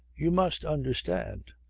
you must understand.